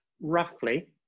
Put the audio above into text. roughly